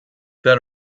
then